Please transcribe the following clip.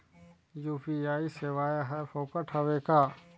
UPI सेवाएं हर फोकट हवय का?